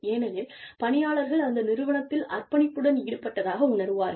ஏனெனில் பணியாளர்கள் அந்த நிறுவனத்தில் அர்ப்பணிப்புடன் ஈடுபட்டதாக உணருவார்கள்